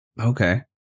Okay